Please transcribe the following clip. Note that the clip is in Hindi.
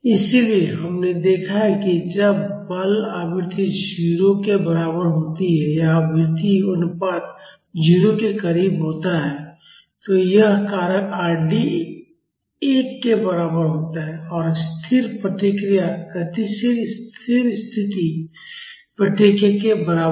इसलिए हमने देखा है कि जब बल आवृत्ति 0 के बराबर होती है या आवृत्ति अनुपात 0 के करीब होता है तो यह कारक Rd एक के बराबर होता है और स्थिर प्रतिक्रिया गतिशील स्थिर स्थिति प्रतिक्रिया के बराबर होगी